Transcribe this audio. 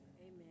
Amen